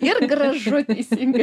ir gražu teisingai